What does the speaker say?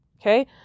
Okay